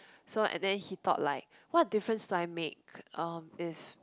so and then he thought like what difference did I make if